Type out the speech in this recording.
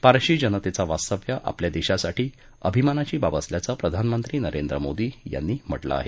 पारशी जनतेचं वास्तव्य आपल्या देशासाठी अभिमानाची बाब असल्याचं प्रधानमंत्री नरेंद्र मोदी यांनी म्हटलं आहे